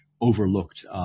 overlooked